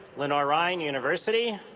lenoir-rhyne university.